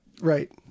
right